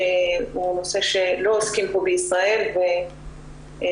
זה נושא שלא עוסקים בו בישראל ובאיזה